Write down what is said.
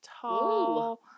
tall